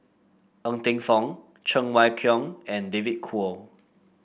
Ng Teng Fong Cheng Wai Keung and David Kwo